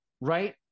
right